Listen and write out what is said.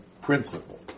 principle